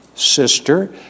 sister